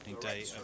day